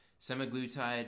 Semaglutide